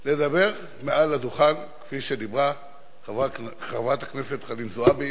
לא מדבר מעל הדוכן כפי שדיברה חברת הכנסת חנין זועבי.